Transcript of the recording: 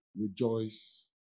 rejoice